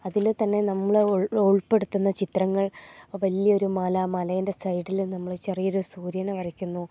അതിൽ തന്നെ നമ്മൾ ഉൾപ്പെടുത്തുന്ന ചിത്രങ്ങൾ വലിയൊരു മല മലേൻ്റെ സൈഡിൽ നമ്മൾ ചെറിയൊരു സൂര്യനെ വരയ്ക്കുന്നു